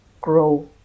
grow